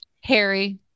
harry